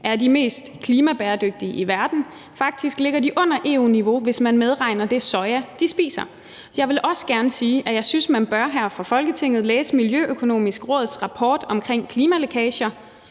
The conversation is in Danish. er de mest klimabæredygtige i verden, for faktisk ligger de under EU-niveau, hvis man medregner det soja, de spiser. Jeg vil også gerne sige, at jeg synes, man her i Folketinget bør læse Det Miljøøkonomiske Råds rapport om klimalækager,